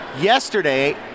yesterday